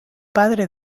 padre